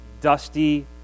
dusty